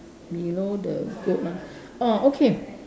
below the goat ah orh okay